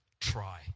Try